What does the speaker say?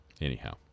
anyhow